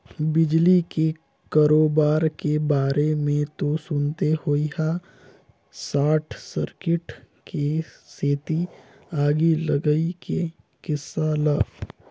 बिजली के करोबार के बारे मे तो सुनते होइहा सार्ट सर्किट के सेती आगी लगई के किस्सा ल